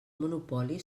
monopoli